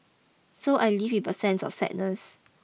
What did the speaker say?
so I leave with a sense of sadness